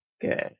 Good